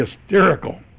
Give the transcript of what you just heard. hysterical